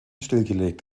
stillgelegt